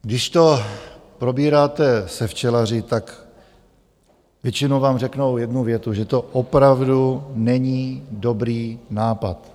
Když to probíráte se včelaři, tak většinou vám řeknou jednu větu: že to opravdu není dobrý nápad.